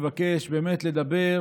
מבקש באמת לדבר